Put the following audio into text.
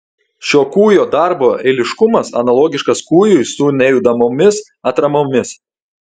šio kūjo darbo eiliškumas analogiškas kūjui su nejudamomis atramomis